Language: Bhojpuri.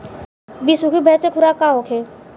बिसुखी भैंस के खुराक का होखे?